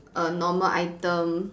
a normal item